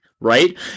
Right